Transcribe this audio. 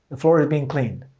the floor is being cleaned.